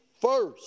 first